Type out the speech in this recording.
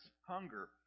hunger